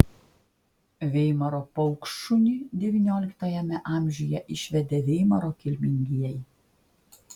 veimaro paukštšunį devynioliktajame amžiuje išvedė veimaro kilmingieji